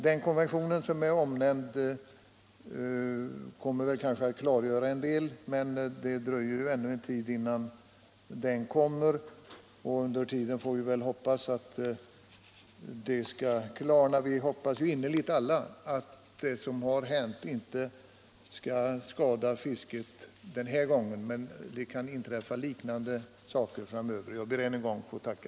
Den konvention som är omnämnd kan kanske klargöra en del, men det dröjer ju ännu en tid innan den kommer. Under tiden får vi väl hoppas att det skall klarna. Alla hoppas vi innerligt att det som har hänt inte skall skada fisket den här gången. Men det kan inträffa liknande händelser framöver. Jag ber ännu en gång att få tacka.